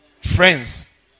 friends